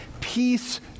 peace